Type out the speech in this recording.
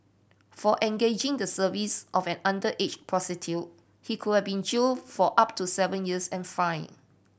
for engaging the service of an underage prostitute he could have been jailed for up to seven years and fined